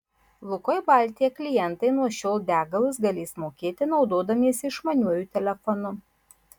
lukoil baltija klientai nuo šiol degalus galės mokėti naudodamiesi išmaniuoju telefonu